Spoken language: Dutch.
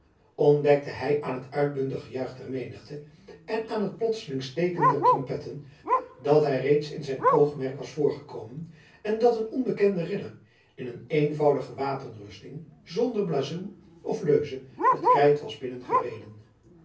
ontdekte hij aan het uitbundig gejuich der menigte en aan het plotseling steken der trompetten dat hij reeds in zijn oogmerk was voorgekomen en dat een onbekende ridder in een eenvoudige wapenrusting zonder blazoen of leuze het krijt was binnengereden